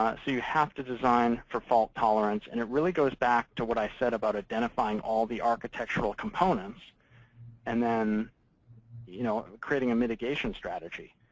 um so you have to design for fault tolerance. and it really goes back to what i said about identifying all the architectural components and then you know creating a mitigation strategy.